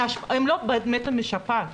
הם לא מתו משפעת,